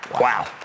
Wow